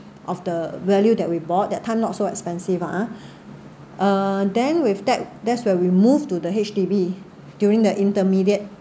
of the value that we bought that time not so expensive ah uh then with that that's when we moved to the H_D_B during the intermediate